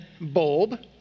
bulb